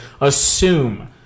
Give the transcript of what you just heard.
assume